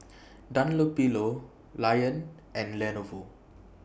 Dunlopillo Lion and Lenovo